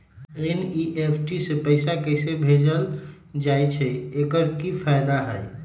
NEFT से पैसा कैसे भेजल जाइछइ? एकर की फायदा हई?